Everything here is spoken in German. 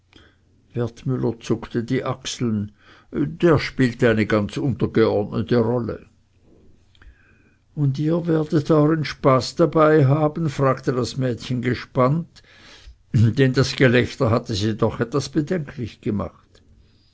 wertmüller zuckte die achseln der spielt eine ganz untergeordnete rolle und ihr werdet euern spaß dabei haben fragte das mädchen gespannt denn das gelächter hatte sie doch etwas bedenklich gemacht